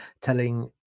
telling